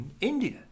India